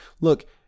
look